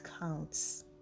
counts